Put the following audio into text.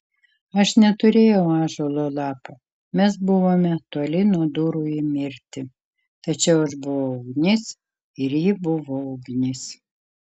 aš neturėjau ąžuolo lapo mes buvome toli nuo durų į mirtį tačiau aš buvau ugnis ir ji buvo ugnis